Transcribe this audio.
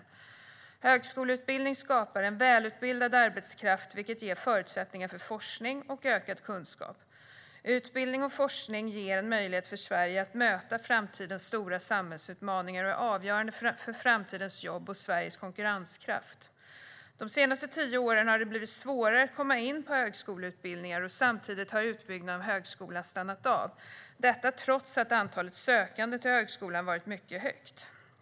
Högskoleutbildning skapar en välutbildad arbetskraft, vilket ger förutsättningar för forskning och ökad kunskap. Utbildning och forskning ger en möjlighet för Sverige att möta framtidens stora samhällsutmaningar och är avgörande för framtidens jobb och Sveriges konkurrenskraft. De senaste tio åren har det blivit svårare att komma in på högskoleutbildningar, och samtidigt har utbyggnaden av högskolan stannat av - detta trots att antalet sökande till högskolan varit mycket högt.